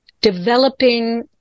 developing